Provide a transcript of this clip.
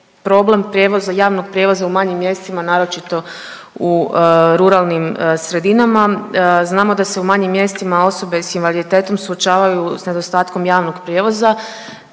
prijevoza, javnog prijevoza u manjim mjestima naročito u ruralnim sredinama. Znamo da se u manjim mjestima osobe s invaliditetom suočavaju s nedostatkom javnog prijevoza,